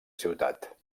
ciutat